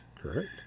Correct